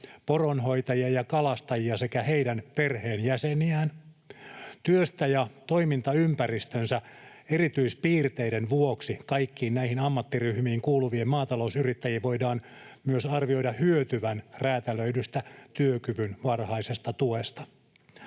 poronhoitajia ja kalastajia sekä heidän perheenjäseniään. Työnsä ja toimintaympäristönsä erityispiirteiden vuoksi kaikkiin näihin ammattiryhmiin kuuluvien maatalousyrittäjien voidaan myös arvioida hyötyvän räätälöidystä työkyvyn varhaisesta tuesta.